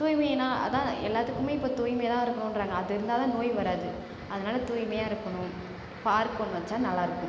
தூய்மைனா அதுதான் எல்லாத்துக்குமே இப்போது தூய்மையாக தான் இருக்கனுன்றாங்க அது இருந்தால் தான் நோய் வராது அதனால் தூய்மையாக இருக்கணும் பார்க் ஒன்று வச்சால் நல்லா இருக்கும்